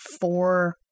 four